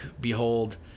behold